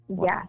Yes